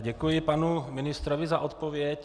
Děkuji panu ministrovi za odpověď.